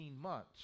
months